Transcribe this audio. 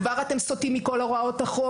כבר אתם סוטים מכל הוראות החוק,